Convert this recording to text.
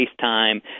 FaceTime